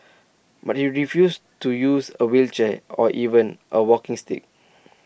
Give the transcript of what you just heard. but he refused to use A wheelchair or even A walking stick